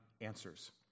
answers